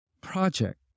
project